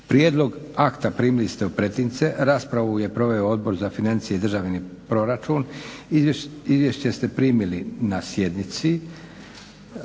Prijedlog akta primili ste u pretince. Raspravu je proveo Odbor za financije i državni proračun. Izvješće ste primili na sjednici.